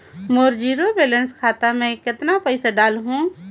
मोर zero balance खाता मे कतना पइसा डाल हूं?